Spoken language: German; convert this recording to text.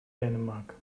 dänemark